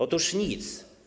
Otóż nic.